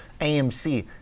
AMC